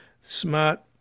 smart